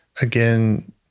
again